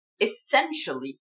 Essentially